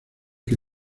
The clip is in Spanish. que